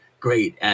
Great